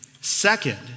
Second